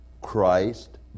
Christ